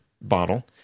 bottle